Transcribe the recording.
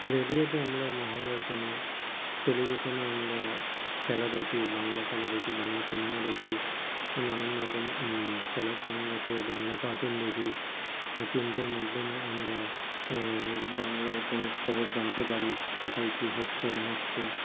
রেডিওতে আমরা মহালয়া শুনি টেলিভিশনে আমরা খেলা দেখি বাংলা খেলা দেখি বাংলা সিনেমা দেখি নানান রকম খেলার চ্যানেল আসে বাংলা কার্টুন দেখি প্রিন্টের মাধ্যমে আমরা বাংলার কোনো খবর জানতে পারি কোথায় কী হচ্ছে না হচ্ছে